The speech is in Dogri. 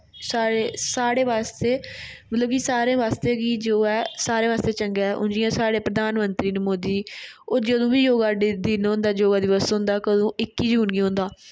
योगा साढ़े बास्तै मतलब कि सारे आस्तै बी योगा सारें आस्तै चंगा ऐ हून जि'यां साढ़े प्रधानमत्री न मोदी ओह् जंदू बी योगा दिन होंदा योगा दिवस होंदा कदीं इक्की जून गी होंदा